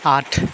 আঠ